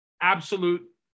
absolute